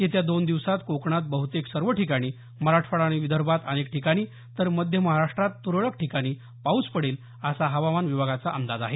येत्या दोन दिवसांत कोकणात बहुतेक सर्व ठिकाणी मराठवाडा आणि विदर्भात अनेक ठिकाणी तर मध्य महाराष्ट्रात तुरळ ठिकाणी पाऊस पडेल असा हवामान विभागाचा अंदाज आहे